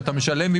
שבה עליך לשלם.